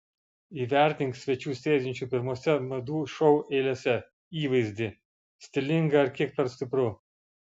įvertink svečių sėdinčių pirmose madų šou eilėse įvaizdį stilinga ar kiek per stipru